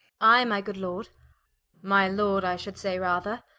i my good lord my lord i should say rather,